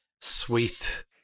Sweet